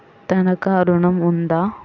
తనఖా ఋణం ఉందా?